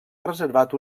reservat